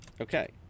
Okay